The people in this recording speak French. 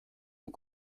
aux